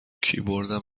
کیبوردم